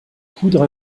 coudre